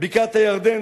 בקעת-הירדן,